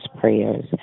prayers